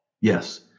Yes